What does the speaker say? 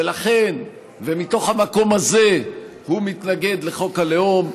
ומתוך המקום הזה הוא מתנגד לחוק הלאום.